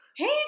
Hey